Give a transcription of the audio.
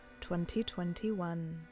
2021